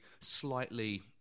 slightly